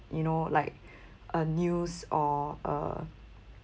you know like a news or a